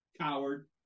Coward